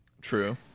true